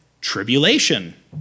tribulation